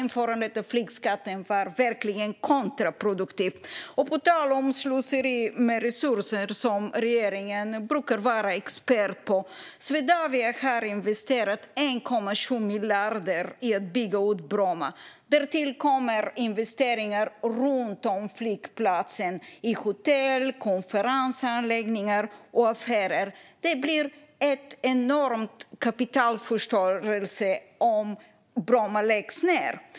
Införandet av flygskatten var verkligen kontraproduktivt. På tal om slöseri med resurser, som regeringen brukar vara expert på: Swedavia har investerat 1,7 miljarder i att bygga ut Bromma. Därtill kommer investeringar runt om flygplatsen i hotell, konferensanläggningar och affärer. Det blir en enorm kapitalförstörelse om Bromma läggs ned.